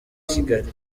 kigali